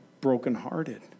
brokenhearted